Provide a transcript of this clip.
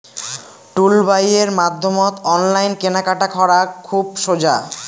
টুলবাইয়ের মাধ্যমত অনলাইন কেনাকাটা করা খুব সোজা